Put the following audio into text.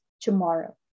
tomorrow